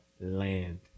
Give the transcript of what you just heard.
land